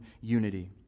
unity